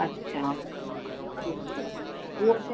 अछा उहो